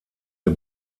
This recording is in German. der